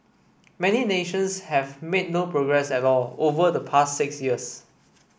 many nations have made no progress at all over the past six years